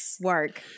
Work